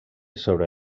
sobre